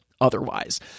otherwise